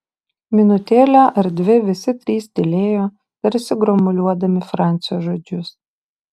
minutėlę ar dvi visi trys tylėjo tarsi gromuliuodami francio žodžius